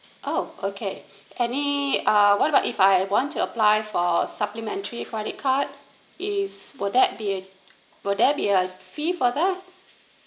oh okay any uh what about if I want to apply for supplementary credit card if will that be will there be a fee for that